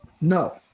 No